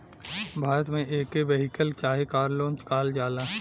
भारत मे एके वेहिकल चाहे कार लोन कहल जाला